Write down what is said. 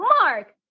Mark